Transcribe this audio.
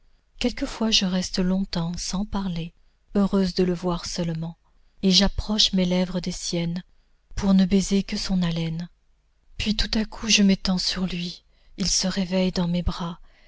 quelquefois je reste longtemps sans parler heureuse de le voir seulement et j'approche mes lèvres des siennes pour ne baiser que son haleine puis tout à coup je m'étends sur lui il se réveille dans mes bras